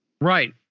Right